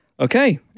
Okay